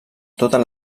totes